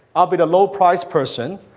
i'll be the low price person,